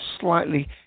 slightly